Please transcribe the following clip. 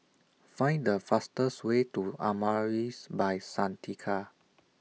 Find The fastest Way to Amaris By Santika